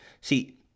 see